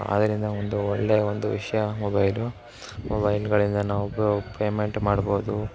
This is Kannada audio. ಅದರಿಂದ ಒಂದು ಒಳ್ಳೆಯ ಒಂದು ವಿಷಯ ಮೊಬೈಲು ಮೊಬೈಲುಗಳಿಂದ ನಾವು ಪೇಮೆಂಟ್ ಮಾಡ್ಬೌದು